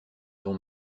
ton